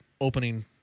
opening